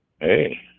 Hey